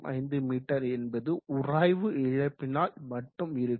05 மீ என்பது உராய்வு இழப்பினால் மட்டும் இருக்கும்